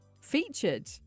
featured